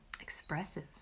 expressive